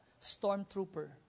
Stormtrooper